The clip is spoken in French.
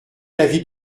l’avis